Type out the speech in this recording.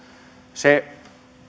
se hoitajatarve